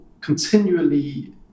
continually